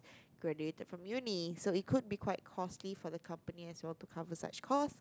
graduated from uni so it could be quite costly for the companies as well to cover such cost